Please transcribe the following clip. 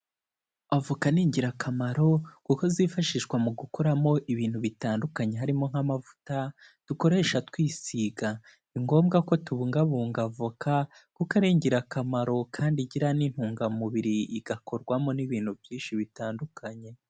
Avoka ni ingirakamaro kuko zifashishwa mu gukoramo ibintu bitandukanye harimo nk'amavuta dukoresha twisiga, ni ngombwa ko tubungabunga avoka kuko ari ingirakamaro kandi igira n'intungamubiri, igakorwamo n'ibintu byinshi bitandukanye.